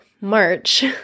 March